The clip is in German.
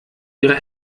ihre